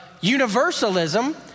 universalism